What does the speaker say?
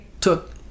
took